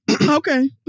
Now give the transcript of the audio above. Okay